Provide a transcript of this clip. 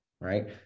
right